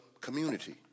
community